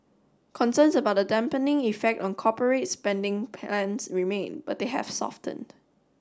concerns about the dampening effect on corporate spending plans remain but they have softened